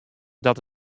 dat